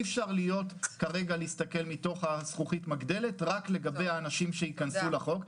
אי אפשר כרגע להסתכל מתוך זכוכית המגדלת רק לגבי האנשים שייכנסו לחוק.